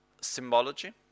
symbology